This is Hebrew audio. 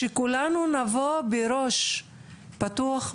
שכולנו נבוא בראש פתוח,